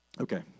Okay